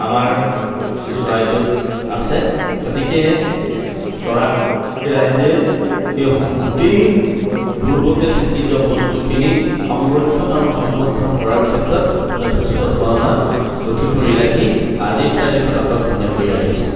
আমাৰ চৰাইদেউত আছে গতিকে চৰাই ৰাইজে গোটেই পূৰ্বতে থাকি যোৱা বস্তুখিনি সংৰক্ষণ আৰু সংবৰ্দ্ধন কৰাৰ ক্ষেত্ৰত যথেষ্ট ধৰণৰ উঠি পৰি লাগি আজিৰ তাৰিখত আটক ধুনীয়াকৈ ৰাখিছে